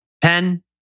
Pen